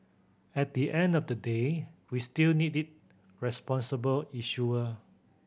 at the end of the day we still need a responsible issuer